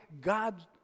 God